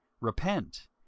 Repent